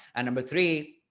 and number three,